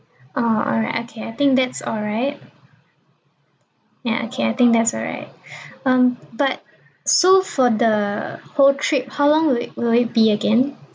orh alright okay I think that's alright ya okay I think that's alright um but so for the whole trip how long will it will it be again